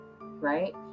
right